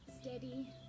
steady